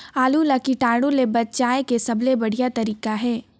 आलू ला कीटाणु ले बचाय के सबले बढ़िया तारीक हे?